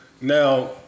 now